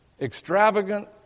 extravagant